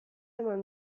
eman